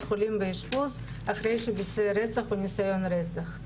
חולים לאשפוז אחרי שביצע רצח או ניסיון לרצח.